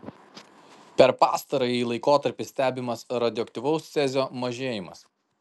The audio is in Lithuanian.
per pastarąjį laikotarpį stebimas radioaktyvaus cezio mažėjimas